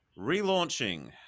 relaunching